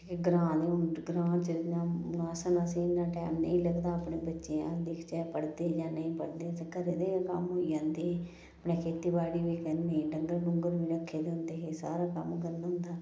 ग्रांऽ दे हून ग्रांऽ च इन्ना असेंगी इन्ना टैम नेईं लगदा अपने बच्चें गी अस दिक्खचै पढ़दे जां नेईं पढ़दे असें घरै दे गै कम्म होई जंदे अपनी खेतीबाड़ी बी करनी डंगर डुंगर बी रक्खे दे होंदे हे सारा कम्म करन होंदा